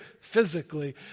physically